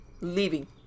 leaving